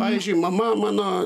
pavyzdžiui mama mano